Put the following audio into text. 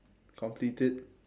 complete it